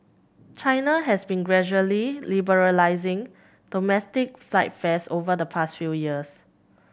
China has been gradually liberalising domestic flight fares over the past few years